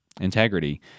Integrity